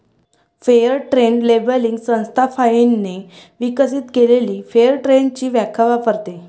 fair trade labelling संस्था फाइनने विकसित केलेली फेअर ट्रेडची व्याख्या वापरते